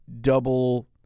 double